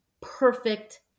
perfect